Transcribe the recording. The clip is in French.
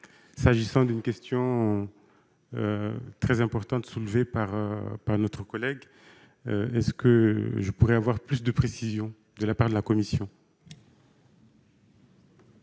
s'agissant d'une question très importante soulevée par par notre collègue est ce que je pourrais avoir plus de précisions de la part de la Commission.